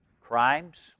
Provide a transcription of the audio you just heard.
crimes